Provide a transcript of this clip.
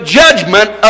judgment